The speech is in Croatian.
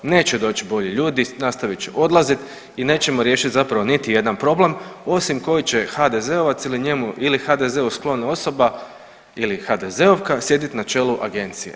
Neće doći bolji ljudi, nastavit će odlazit i nećemo riješiti zapravo niti jedan problem osim koji će HDZ-ovac ili njemu ili HDZ-u sklona osoba ili HDZ-ovka sjedit na čelu agencije.